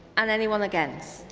and anyone against?